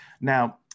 Now